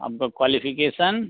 आपका क्वालिफ़िकेसन